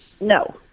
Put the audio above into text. No